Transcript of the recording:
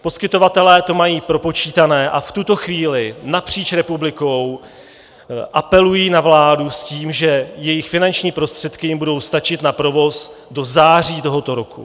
Poskytovatelé to mají propočítané a v tuto chvíli napříč republikou apelují na vládu s tím, že jejich finanční prostředky jim budou stačit na provoz do září tohoto roku.